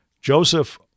Joseph